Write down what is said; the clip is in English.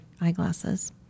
eyeglasses